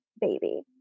baby